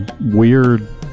weird